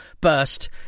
burst